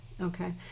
Okay